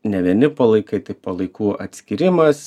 ne vieni palaikai tai palaikų atskyrimas